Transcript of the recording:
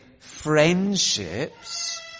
friendships